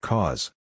Cause